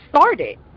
started